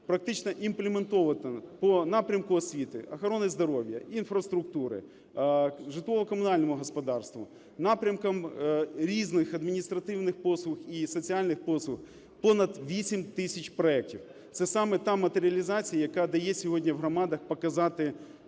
практично імплементовувано по напрямку освіти, охорони здоров'я, інфраструктури, в житлово-комунальному господарстві, напрямках різних адміністративних послуг і соціальних послуг понад 8 тисяч проектів. Це саме та матеріалізація, яка дає сьогодні в громадах показати